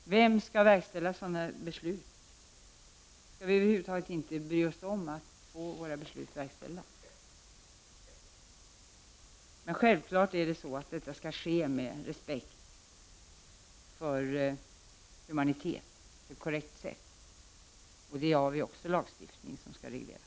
Vem skall verkställa sådana beslut? Skall vi över huvud taget bry oss om att få besluten verkställda? Självfallet skall detta ske med respekt för humanitet och på ett korrekt sätt. Där har vi också lagstiftning som reglerar.